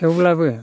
थेवब्लाबो